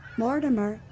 mortimer!